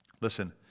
Listen